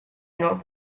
not